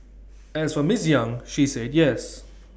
as for miss yang she said yes